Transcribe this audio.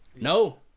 no